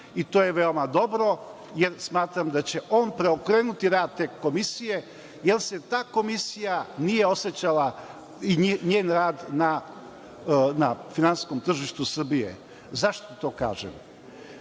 i to je veoma dobro, jer smatram da će on preokrenuti rad te Komisije, jer se ta Komisija nije osećala i njen rad na finansijskom tržištu Srbije.Zašto to kažem?